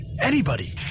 Anybody